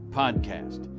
podcast